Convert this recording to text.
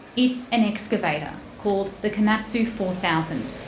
it's an excavator called the komatsu four thousand.